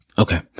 Okay